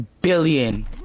billion